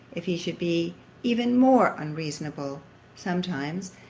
if he should be even more unreasonable sometimes,